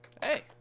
Hey